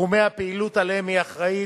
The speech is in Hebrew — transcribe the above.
תחומי הפעילות שלהם היא אחראית,